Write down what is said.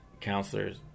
counselors